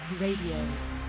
Radio